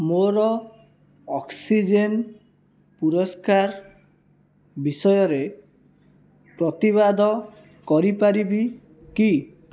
ମୋର ଅକ୍ସିଜେନ୍ ପୁରସ୍କାର ବିଷୟରେ ପ୍ରତିବାଦ କରିପାରିବି କି